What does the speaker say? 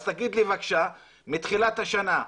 אז תגיד לי, בבקשה, מתחילת השנה,